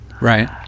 Right